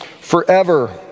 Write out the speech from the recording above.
forever